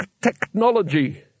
technology